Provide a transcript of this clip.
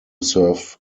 serve